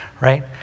right